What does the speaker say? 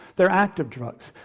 they are active drugs,